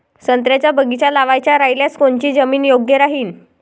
संत्र्याचा बगीचा लावायचा रायल्यास कोनची जमीन योग्य राहीन?